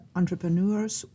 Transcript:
entrepreneurs